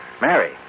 Mary